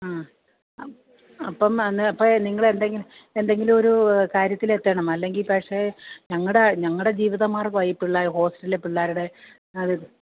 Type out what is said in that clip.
മ്മ് അപ്പം എന്നാൽ അപ്പം നിങ്ങൾ എന്തെങ്കിലും എന്തെങ്കിലും ഒരു കാര്യത്തിൽ എത്തണം അല്ലെങ്കിൽ പക്ഷെ ഞങ്ങളുടെ ഞങ്ങളുടെ ജീവിതമാർഗ്ഗമാണ് ഈ പിള്ളേരുടെ ഹോസ്റ്റലിലെ പിള്ളേരുടെ അത്